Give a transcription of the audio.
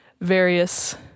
various